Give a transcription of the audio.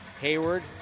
Hayward